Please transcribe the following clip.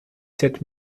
sept